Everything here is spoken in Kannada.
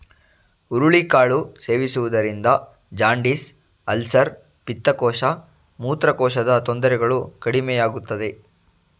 ಹುರುಳಿ ಕಾಳು ಸೇವಿಸುವುದರಿಂದ ಜಾಂಡಿಸ್, ಅಲ್ಸರ್, ಪಿತ್ತಕೋಶ, ಮೂತ್ರಕೋಶದ ತೊಂದರೆಗಳು ಕಡಿಮೆಯಾಗುತ್ತದೆ